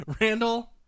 Randall